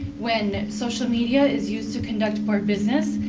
when social media is used to conduct board business,